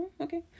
okay